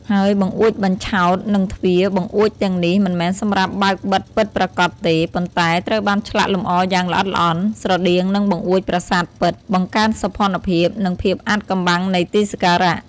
ហើយបង្អួចបញ្ឆោត និងទ្វារ បង្អួចទាំងនេះមិនមែនសម្រាប់បើកបិទពិតប្រាកដទេ ប៉ុន្តែត្រូវបានឆ្លាក់លម្អយ៉ាងល្អិតល្អន់ ស្រដៀងនឹងបង្អួចប្រាសាទពិត បង្កើនសោភ័ណភាព និងភាពអាថ៌កំបាំងនៃទីសក្ការៈ។